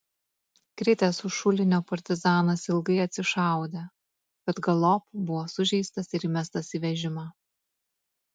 kritęs už šulinio partizanas ilgai atsišaudė bet galop buvo sužeistas ir įmestas į vežimą